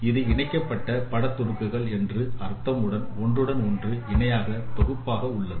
இது இணைக்கப்பட்ட படத் துணுக்குகள் என்ற அர்த்தமுடன் ஒன்றுடன் ஒன்று இணையாக தொகுப்பாக உள்ளது